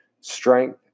strength